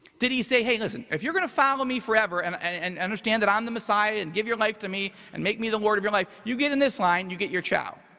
did he say, hey, listen, if you're gonna follow me forever and and understand that i'm the messiah and give your life to me and make me the lord of your life, you get in this line, you get your child.